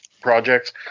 projects